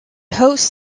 hosts